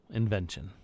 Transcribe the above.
invention